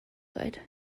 good